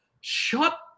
Shut